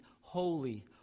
holy